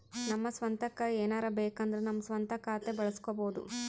ನಮ್ಮ ಸ್ವಂತಕ್ಕ ಏನಾರಬೇಕಂದ್ರ ನಮ್ಮ ಸ್ವಂತ ಖಾತೆ ಬಳಸ್ಕೋಬೊದು